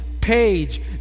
page